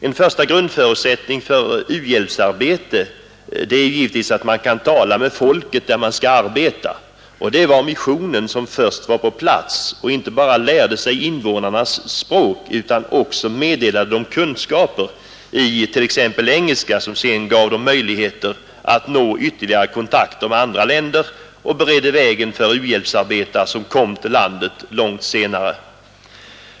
En grundförutsättning för u-landsarbete är givetvis att man kan tala med folket där man skall arbeta, och det var missionen som där var först på plats. Missionsfolket lärde sig inte bara invånarnas språk utan meddelade dem också kunskaper i t.ex. engelska, som sedan gav befolkningen möjligheter att nå ytterligare kontakter med andra länder och som beredde vägen för u-hjälpsarbetare som kom till landet långt senare.